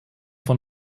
von